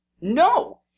No